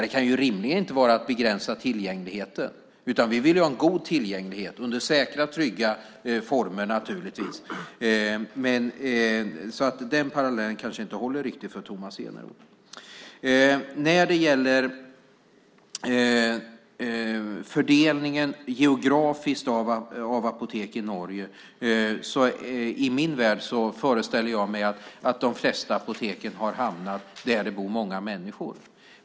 Det kan rimligen inte vara för att begränsa tillgängligheten, utan vi vill ha en god tillgänglighet i säkra och trygga former, naturligtvis. Så den parallellen kanske inte riktigt håller för Tomas Eneroth. När det gäller fördelningen geografiskt av apotek i Norge föreställer jag mig, i min värld, att de flesta apoteken har hamnat där det bor många människor.